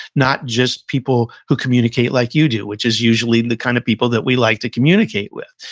not just people who communicate like you do, which is usually the kind of people that we like to communicate with.